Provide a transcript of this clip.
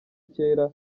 kera